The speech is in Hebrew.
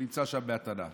שנמצא שם בהטענה,